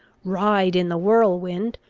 ride in the whirlwind,